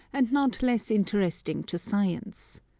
and not less interesting to science.